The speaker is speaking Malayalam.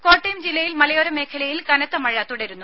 രുമ കോട്ടയം ജില്ലയിൽ മലയോര മേഖലയിൽ കനത്ത മഴ തുടരുന്നു